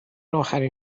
آخرین